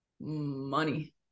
Money